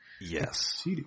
yes